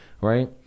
Right